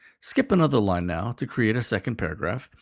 skip another line now, to create a second paragraph,